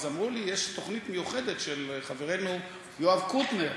אמרו לי: יש תוכנית מיוחדת של חברנו יואב קוטנר.